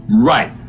Right